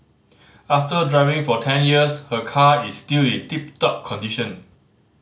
after driving for ten years her car is still in tip top condition